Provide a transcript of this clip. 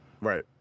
Right